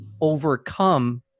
overcome